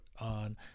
on